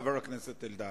חבר הכנסת עפו,